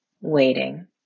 waiting